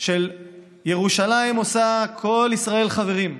של ירושלים עושה "כל ישראל חברים",